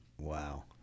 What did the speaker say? Wow